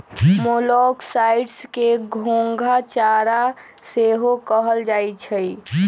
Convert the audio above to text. मोलॉक्साइड्स के घोंघा चारा सेहो कहल जाइ छइ